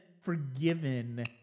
forgiven